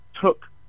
took